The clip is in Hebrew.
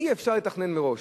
אי-אפשר לתכנן מראש.